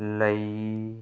ਲਈ